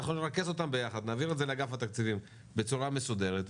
בצורה מסודרת.